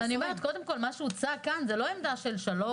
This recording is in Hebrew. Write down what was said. אבל קודם כול מה שהוצג כאן זה לא עמדה על שלוש,